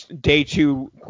day-two